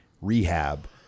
rehab